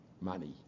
money